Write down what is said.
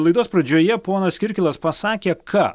laidos pradžioje ponas kirkilas pasakė ką